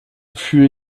fut